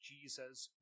Jesus